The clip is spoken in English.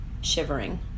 shivering